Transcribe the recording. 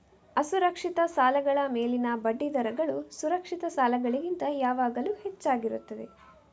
ಅಸುರಕ್ಷಿತ ಸಾಲಗಳ ಮೇಲಿನ ಬಡ್ಡಿ ದರಗಳು ಸುರಕ್ಷಿತ ಸಾಲಗಳಿಗಿಂತ ಯಾವಾಗಲೂ ಹೆಚ್ಚಾಗಿರುತ್ತದೆ